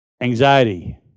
anxiety